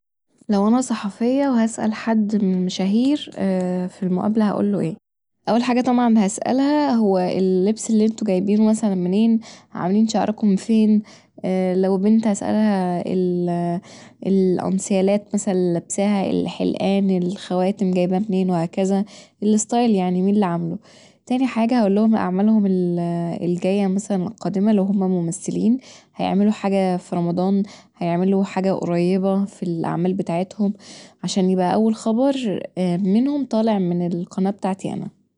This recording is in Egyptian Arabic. لو أنا صحفية وهسأل حد من المشاهير في المقابله هقوله ايه، اول حاجه طبعا هسألها هو اللبس اللي انتوا جايبينه مثلا منين عاملين شعركم فين لو بنت هسألها الأنسيالات اللي لابساها، الحلقان، الخواتم، جايباها منين وهكذا، الستايل يعني مين اللي عامله تاني حاجه هقولهم اعمالهم الجايه مثلا القادمه لو هما ممثلين هيعملوا حاجه في رمضان، هيعملوا حاجه قريبه في الأعمال بتاعتهم عشان يبقي اول خبر منهم طالع من القناة بتاعتي أنا